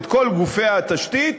את כל גופי התשתית,